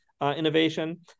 innovation